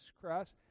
Christ